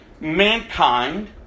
mankind